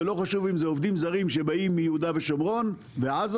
ולא חשוב אם אלה עובדים זרים שבאים מיהודה ושומרון ועזה,